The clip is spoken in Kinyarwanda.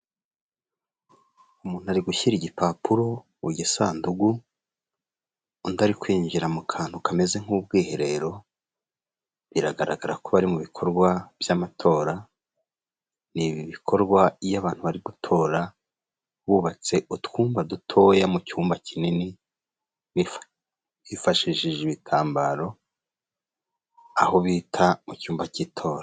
Umuntu ari gushyira igipapuro mu gisanduku, undi ari kwinjira mu kantu kameze nk'ubwiherero, biragaragara ko bari mu bikorwa by'amatora ni bikorwa iyo abantu bari gutora, bubatse utwumba dutoya mu cyumba kinini, bifashishije ibitambaro aho bita mu cyumba cy'itora.